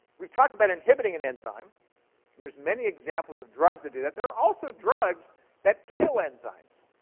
we've talked about inhibiting an enzyme, and there's many examples of drugs that do that. there are also drugs that kill enzymes.